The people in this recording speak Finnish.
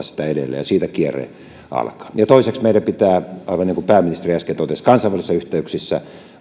sitä edelleen ja siitä kierre alkaa toiseksi meidän pitää aivan niin kuin pääministeri äsken totesi kansainvälisissä yh teyksissä